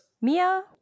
Mia